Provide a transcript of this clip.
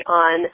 on